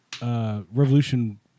Revolution